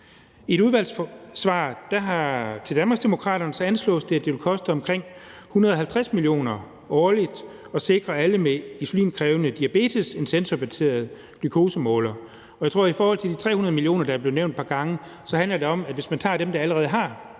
på et udvalgsspørgsmål anslås det, at det vil koste omkring 150 mio. kr. årligt at sikre alle med insulinkrævende diabetes en sensorbaseret glukosemåler. Jeg tror – i forhold til de 300 mio. kr., der er blevet nævnt et par gange – at de 300 mio. kr. også omfatter dem, der i forvejen har